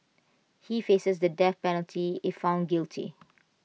he faces the death penalty if found guilty